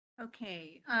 Okay